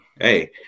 hey